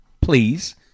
Please